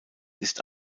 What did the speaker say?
ist